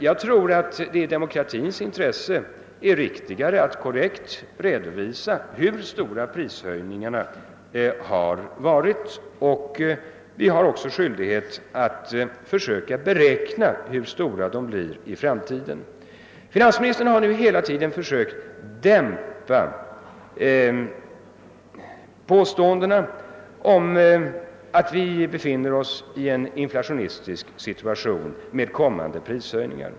Jag tror att det i demokratins intresse är riktigare att korrekt redovisa hur stora prishöjningarna har varit, och vi har även skyldighet att försöka beräkna hur stora de blir i framtiden. Finansministern har hela tiden försökt dämpa påståendena om att vi befinner oss i en inflationistisk situation med kommande prishöjningar.